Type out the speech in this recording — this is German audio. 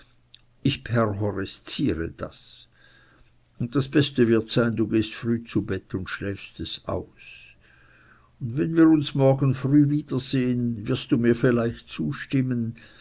ich perhorresziere das und das beste wird sein du gehst früh zu bett und schläfst es aus und wenn wir uns morgen früh wiedersehen wirst du mir vielleicht zustimmen